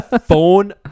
phone